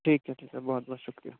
ٹھیک ہے ٹھیک ہے بہت بہت شُکریہ